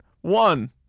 One